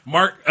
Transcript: Mark